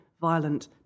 violent